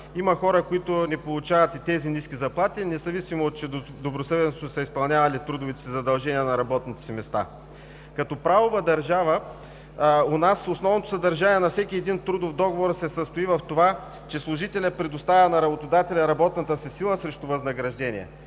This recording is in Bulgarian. има хора, които не получават и тези ниски заплати, независимо че добросъвестно са изпълнявали трудовите си задължения на работните си места. У нас, като правова държава, основното съдържание на всеки трудов договор се състои в това, че служителят предоставя на работодателя работната си сила срещу възнаграждение.